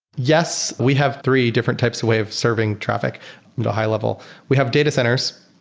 yes, we have three different types of way of serving traffic at a high-level. we have data centers,